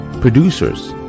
producers